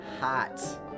Hot